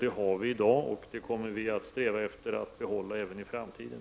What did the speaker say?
Det har vi i dag, och vi kommer att sträva efter att behålla det även i framtiden.